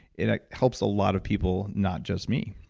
it helps a lot of people, not just me.